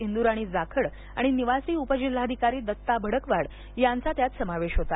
इंदुराणी जाखड आणि निवासी उपजिल्हाधिकारी दत्ता भडकवाड यांचा त्यात समावेश होता